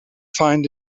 find